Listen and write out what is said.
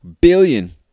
billion